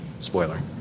spoiler